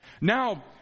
Now